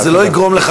אבל זה לא יגרום לך,